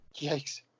Yikes